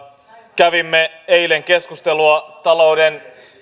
kävimme eilen keskustelua talouden